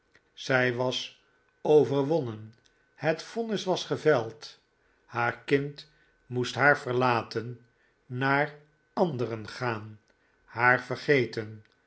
zij was overwonnen het vonnis was geveld haar kind moest haar verlaten naar anderen gaan haar vergeten